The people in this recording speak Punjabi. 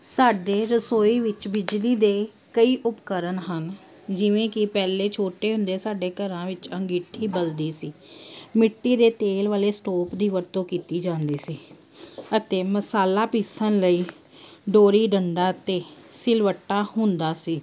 ਸਾਡੀ ਰਸੋਈ ਵਿੱਚ ਬਿਜਲੀ ਦੇ ਕਈ ਉਪਕਰਨ ਹਨ ਜਿਵੇਂ ਕਿ ਪਹਿਲੇ ਛੋਟੇ ਹੁੰਦੇ ਸਾਡੇ ਘਰਾਂ ਵਿੱਚ ਅੰਗੀਠੀ ਬਲਦੀ ਸੀ ਮਿੱਟੀ ਦੇ ਤੇਲ ਵਾਲੇ ਸਟੋਵ ਦੀ ਵਰਤੋਂ ਕੀਤੀ ਜਾਂਦੀ ਸੀ ਅਤੇ ਮਸਾਲਾ ਪੀਸਣ ਲਈ ਡੋਰੀ ਡੰਡਾ ਅਤੇ ਸਿਲਵੱਟਾ ਹੁੰਦਾ ਸੀ